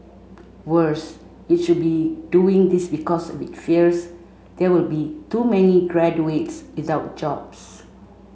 worse it should not be doing this because it fears there will be too many graduates without jobs